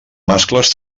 mascles